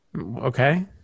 Okay